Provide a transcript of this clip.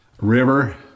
river